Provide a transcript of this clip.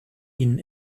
ihnen